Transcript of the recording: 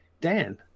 Dan